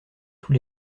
tous